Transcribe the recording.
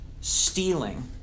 stealing